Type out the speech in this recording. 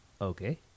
Okay